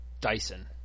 Dyson